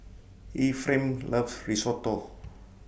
Ephraim loves Risotto